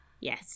Yes